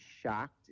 shocked